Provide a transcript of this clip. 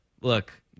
look